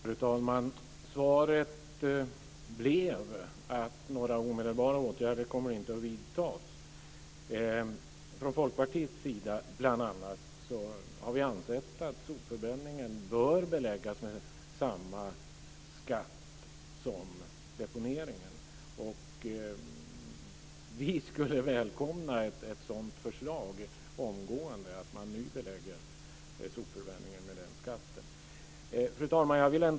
Fru talman! Svaret blev att några omedelbara åtgärder inte kommer att vidtas. Från bl.a. Folkpartiets sida har ansetts att sopförbränningen bör beläggas med samma skatt som deponeringen. Vi skulle välkomna ett omgående förslag om att sopförbränning nu beläggs med en sådan skatt. Fru talman!